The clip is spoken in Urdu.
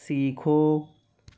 سیکھو